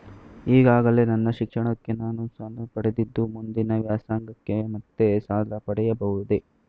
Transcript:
ಈಗಾಗಲೇ ನನ್ನ ಶಿಕ್ಷಣಕ್ಕೆ ನಾನು ಸಾಲ ಪಡೆದಿದ್ದು ಮುಂದಿನ ವ್ಯಾಸಂಗಕ್ಕೆ ಮತ್ತೆ ಸಾಲ ಪಡೆಯಬಹುದೇ?